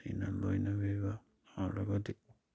ꯅꯨꯡꯁꯤꯅ ꯂꯣꯏꯅꯕꯤꯕ